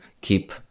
keep